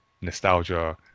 nostalgia